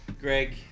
Greg